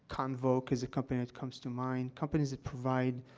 convoke is a company that comes to mind companies that provide,